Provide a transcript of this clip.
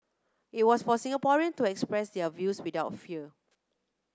it was for Singaporean to express their views without fear